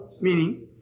Meaning